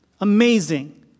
Amazing